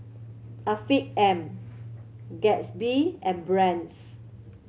Afiq M Gatsby and Brand's